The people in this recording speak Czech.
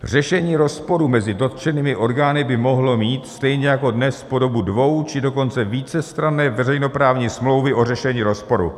Řešení rozporu mezi dotčenými orgány by mohlo mít stejně jako dnes podobu dvou či dokonce vícestranné veřejnoprávní smlouvy o řešení rozporu.